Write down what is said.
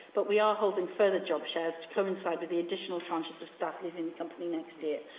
but we are holding further job fairs to coincide with the additional tranches of staff leaving the company next year.